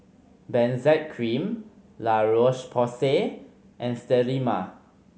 Benzac Cream La Roche Porsay and Sterimar